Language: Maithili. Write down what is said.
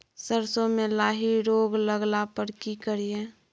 सरसो मे लाही रोग लगला पर की करिये?